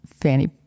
fanny